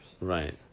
Right